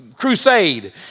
crusade